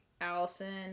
Allison